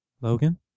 Logan